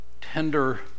tender